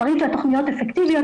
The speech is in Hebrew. מראים כי התכניות אפקטיביות,